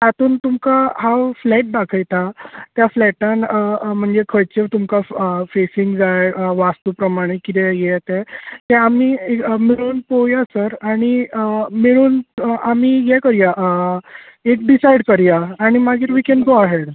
तातूंत तुमकां हांव फ्लॅट दाखयतां त्या फ्लेटान म्हणजे खंयचे तुमका फेसिंग जाय वास्तू प्रमाणे कितें हें तें तें आमी मेळून पळोवया सर आनी मेळून आमी हें करया एक डिसायड करया आनी मागीर वी कॅन गो अहॅड